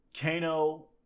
Kano